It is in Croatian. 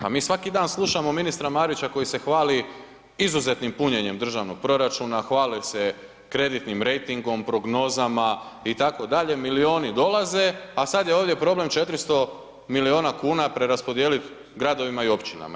Pa mi svaki dan slušamo ministra Marića koji je hvali izuzetnim punjenjem državnog proračuna, hvali se kreditnim rejtingom, prognozama itd., milijuni dolaze a sada je ovdje problem 400 milijuna kuna preraspodijeliti gradovima i općinama.